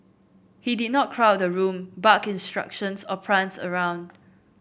he did not crowd the room bark instructions or prance around